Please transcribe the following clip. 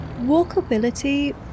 Walkability